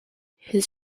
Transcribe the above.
his